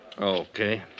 Okay